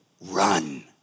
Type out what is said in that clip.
run